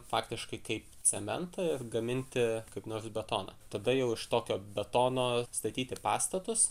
faktiškai kaip cementą ir gaminti kaip nors betoną tada jau iš tokio betono statyti pastatus